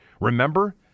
Remember